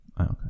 okay